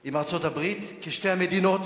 עם ארצות-הברית כשתי המדינות